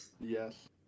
Yes